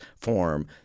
form